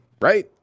Right